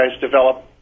develop